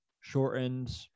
shortened